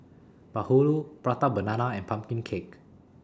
Bahulu Prata Banana and Pumpkin Cake